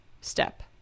step